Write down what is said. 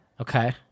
Okay